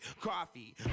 coffee